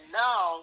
now